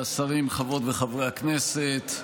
השרים, חברות וחברי הכנסת,